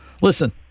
Listen